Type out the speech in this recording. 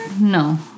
No